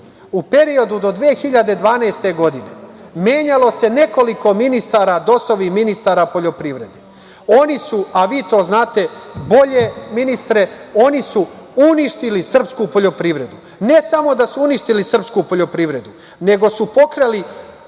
U periodu do 2012. godine menjalo se nekoliko dosovih ministara poljoprivrede. Oni su, a vi to znate, bolje ministre, oni su uništili srpsku poljoprivredu. Ne samo da su uništili srpsku poljoprivrednu, nego su pokrali